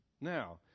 Now